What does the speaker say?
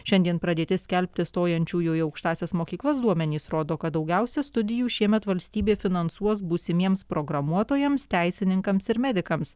šiandien pradėti skelbti stojančiųjų į aukštąsias mokyklas duomenys rodo kad daugiausiai studijų šiemet valstybė finansuos būsimiems programuotojams teisininkams ir medikams